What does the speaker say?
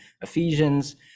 Ephesians